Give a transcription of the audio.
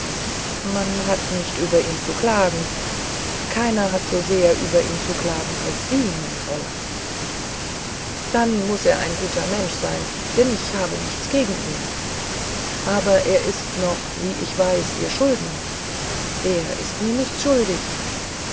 man hat nicht über ihn zu klagen keiner aber hat so sehr über ihn zu klagen als sie mein fräulein dann muß er ein guter mensch sein denn ich habe nichts gegen ihn aber er ist ja noch ich weiß es ihr schuldner er ist mir nichts schuldig